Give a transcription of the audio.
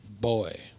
Boy